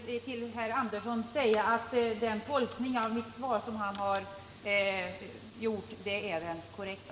Herr talman! Jag vill bara till herr Sven Andersson i Stockholm säga att den tolkning han gjort av mitt svar är den korrekta.